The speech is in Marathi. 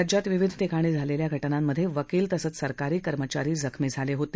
राज्यात विविध ठिकाणी झालेल्या घटनांमधे वकील तसंच सरकारी कर्मचारी जखमी झाले होते